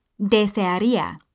desearía